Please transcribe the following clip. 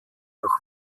auch